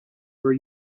were